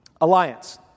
Alliance